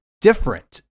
different